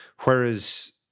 Whereas